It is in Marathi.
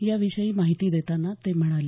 या विषयी माहिती देतांना ते म्हणाले